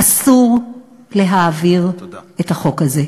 אסור להעביר את החוק הזה.